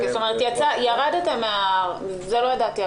את זה לא ידעתי.